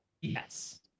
Yes